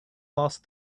lost